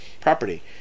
property